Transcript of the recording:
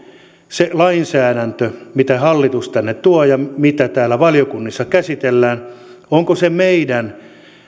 se lainsäädäntö mitä hallitus tänne tuo ja mitä täällä valiokunnissa käsitellään meidän